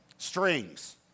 strings